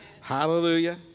Hallelujah